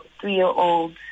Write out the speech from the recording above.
three-year-old